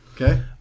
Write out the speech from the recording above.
Okay